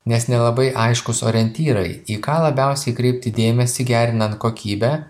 nes nelabai aiškūs orientyrai į ką labiausiai kreipti dėmesį gerinan kokybę